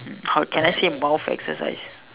how can I say in eyes